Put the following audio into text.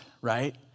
right